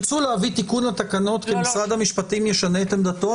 ירצו להביא תיקון לתקנות ומשרד המשפטים ישנה את עמדתו,